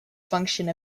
function